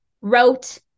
wrote